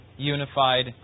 Unified